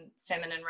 feminine